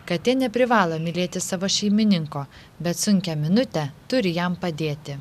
katė neprivalo mylėti savo šeimininko bet sunkią minutę turi jam padėti